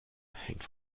hängt